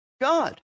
God